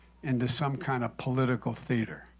into some kind of political theater.